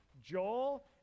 Joel